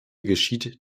geschieht